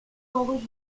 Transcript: sont